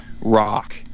rock